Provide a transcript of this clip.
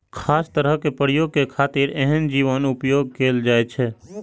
खास तरहक प्रयोग के खातिर एहन जीवक उपोयग कैल जाइ छै